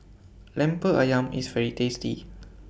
Lemper Ayam IS very tasty